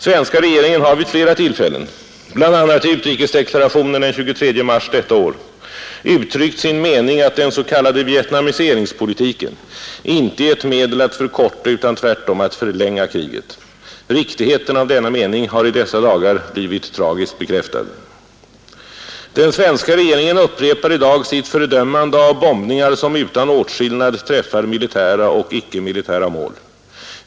Svenska regeringen har vid flera tillfällen — bl.a. i utrikesdeklarationen den 23 mars 1972 — uttryckt sin mening att den s.k. vietnamiseringspolitiken inte är ett medel att förkorta utan tvärtom att förlänga kriget. Riktigheten av denna mening har i dessa dagar blivit tragiskt bekräftad. Den svenska regeringen upprepar i dag sitt fördömande av bombningar som utan åtskillnad träffar militära och icke-militära mål.